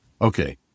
Okay